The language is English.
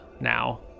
now